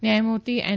ન્યાયમૂર્તિ એન